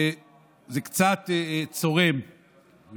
זה קצת צורם,